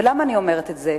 ולמה אני אומרת את זה?